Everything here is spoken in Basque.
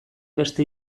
beste